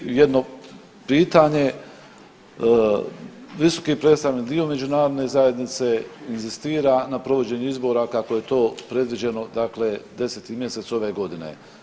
Zato i jedno pitanje, visoki predstavnik dio međunarodne zajednice inzistira na provođenju izbora kako je to predviđeno dakle 10. mjesec ove godine.